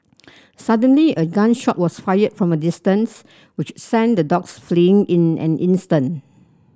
suddenly a gun shot was fired from a distance which sent the dogs fleeing in an instant